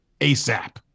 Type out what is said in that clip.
ASAP